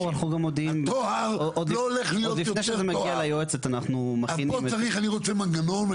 כי הטוהר לא הולך להיות יורת טוהר.